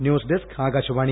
news desk Akashvani